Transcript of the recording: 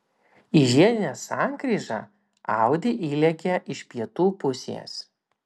į žiedinę sankryžą audi įlėkė iš pietų pusės